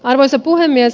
arvoisa puhemies